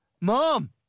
Mom